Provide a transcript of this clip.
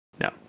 No